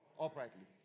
uprightly